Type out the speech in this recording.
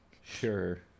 Sure